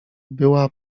była